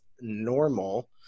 normal